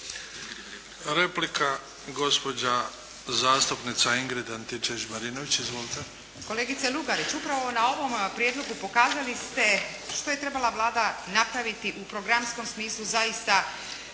Replika gospođa zastupnica Ingrid Antičević Marinović.